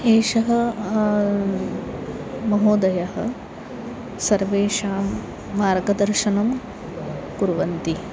एषः महोदयः सर्वेषां मार्गदर्शनं कुर्वन्ति